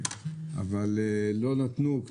אבל לא נתנו.